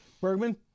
Bergman